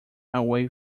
away